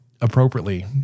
appropriately